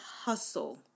hustle